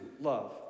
love